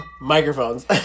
Microphones